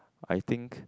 I think